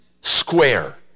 square